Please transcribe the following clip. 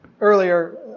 earlier